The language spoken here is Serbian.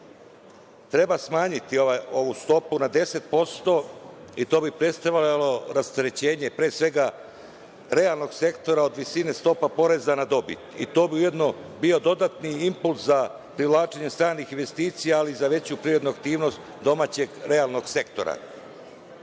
treba smanjiti ovu stopu na 10% i to bi predstavljalo rasterećenje pre svega realnog sektora od visine stope poreza na dobit. To bi ujedno bio i dodatni impuls za privlačenje stranih investicija, ali i za veću privrednu aktivnost domaćeg realnog sektora. Zakon